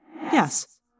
Yes